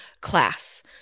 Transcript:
class